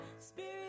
spirit